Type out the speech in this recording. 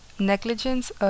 negligence